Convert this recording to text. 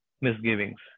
misgivings